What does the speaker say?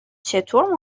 چطور